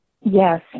Yes